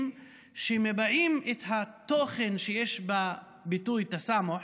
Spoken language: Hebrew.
שמביעים את התוכן שיש בביטוי "תסאמוח".